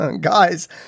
Guys